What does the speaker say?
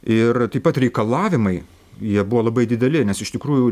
ir taip pat reikalavimai jie buvo labai dideli nes iš tikrųjų